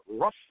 Rough